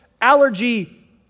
allergy